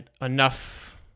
enough